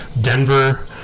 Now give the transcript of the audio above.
Denver